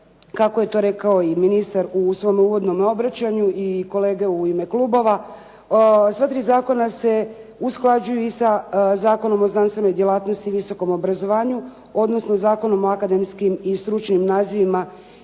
kako je to rekao i ministar u svom uvodnom obraćanju i kolege u ime klubova. Sva tri zakona se usklađuju i sa Zakonom o znanstvenoj djelatnosti i visokom obrazovanju odnosno Zakonom o akademskim i stručnim nazivima